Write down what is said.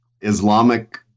Islamic